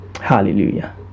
Hallelujah